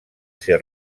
ser